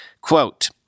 Quote